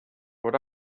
what